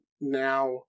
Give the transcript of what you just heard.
now